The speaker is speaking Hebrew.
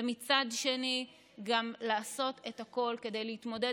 ומצד שני גם לעשות את הכול כדי להתמודד